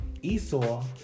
Esau